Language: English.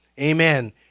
Amen